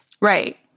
Right